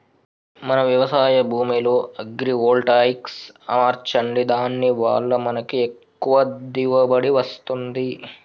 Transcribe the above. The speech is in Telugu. మన వ్యవసాయ భూమిలో అగ్రివోల్టాయిక్స్ అమర్చండి దాని వాళ్ళ మనకి ఎక్కువ దిగువబడి వస్తుంది